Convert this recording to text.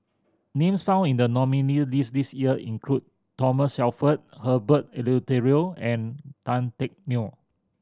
names found in the nominees' list this year include Thomas Shelford Herbert Eleuterio and Tan Teck Neo